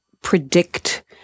predict